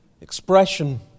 expression